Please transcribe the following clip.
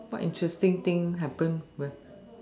what interesting thing happen when